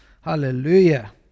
Hallelujah